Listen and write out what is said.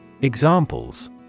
Examples